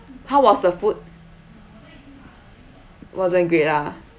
how was the food wasn't great lah